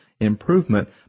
improvement